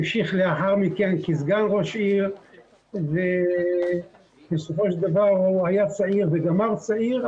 המשיך לאחר מכן כסגן ראש עיר ובסופו של דבר הוא היה צעיר וגמר צעיר,